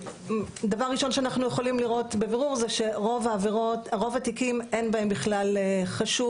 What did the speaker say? דבר ראשון שאנחנו יכולים לראות בברור זה שרוב התיקים אין בהם בכלל חשוד,